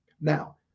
Now